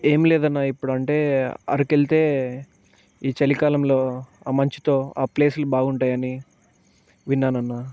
ఏంలేదు అన్నా ఇప్పుడు అంటే అరకు వెళితే ఈ చలి కాలంలో ఆ మంచుతో ఆ ప్లేసులు బాగుంటాయని విన్నాను అన్నా